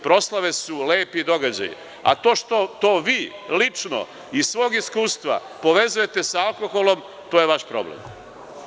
Proslave su lepi događaji, a to što to vi lično iz svog iskustva povezujete sa alkoholom, to je vaš problem.